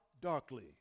darkly